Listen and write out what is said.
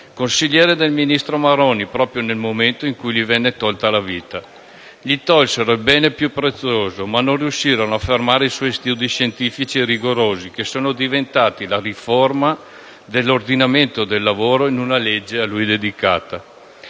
consigliere del ministro Maroni, proprio nel momento in cui gli venne tolta la vita. Gli tolsero il bene più prezioso, ma non riuscirono a fermare i suoi studi scientifici e rigorosi, che sono diventati la riforma dell'ordinamento del lavoro in una legge a lui dedicata.